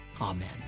Amen